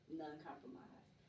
non-compromised